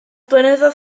blynyddoedd